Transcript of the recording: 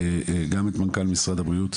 גם את מנכ"ל משרד הבריאות,